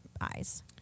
eyes